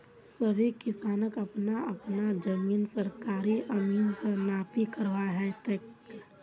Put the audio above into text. सभी किसानक अपना अपना जमीन सरकारी अमीन स नापी करवा ह तेक